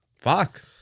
Fuck